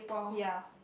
ya